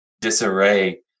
disarray